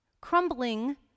Crumbling